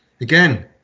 again